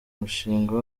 mushinga